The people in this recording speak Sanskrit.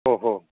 ओ हो